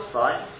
fine